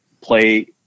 play